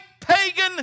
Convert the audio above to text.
pagan